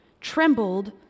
trembled